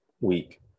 week